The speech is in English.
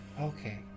Okay